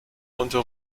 unter